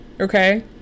Okay